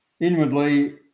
Inwardly